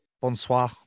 Bonsoir